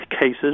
cases